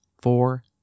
four